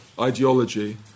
ideology